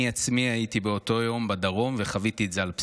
אני עצמי הייתי באותו יום בדרום וחוויתי את זה על בשרי.